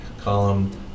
column